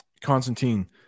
constantine